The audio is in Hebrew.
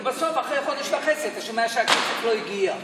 ובסוף אחרי חודש וחצי אתה שומע שהכסף לא הגיע.